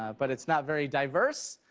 but it is not very diverse.